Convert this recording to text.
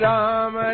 Ram